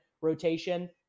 rotation